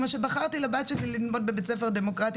כמו שבחרתי לבת שלי ללמוד בבית ספר דמוקרטי